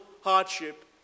hardship